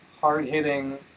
hard-hitting